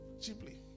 Cheaply